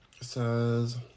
says